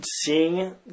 Seeing